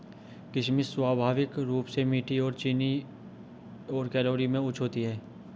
किशमिश स्वाभाविक रूप से मीठी और चीनी और कैलोरी में उच्च होती है